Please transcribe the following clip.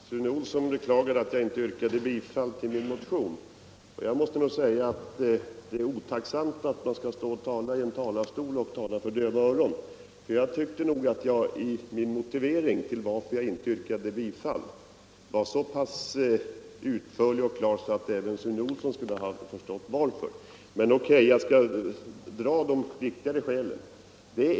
Herr talman! Herr Olsson i Stockholm beklagade att jag inte yrkade bifall till min motion. Jag måste säga att det är otacksamt att stå här och tala för döva öron, för jag tycker nog att jag i min motivering till att jag inte yrkade bifall till motionen var så utförlig och klar att även Sune Olsson borde ha förstått varför. Men jag skall dra de viktigaste skälen.